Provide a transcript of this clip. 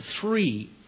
three